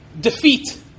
defeat